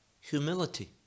humility